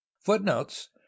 footnotes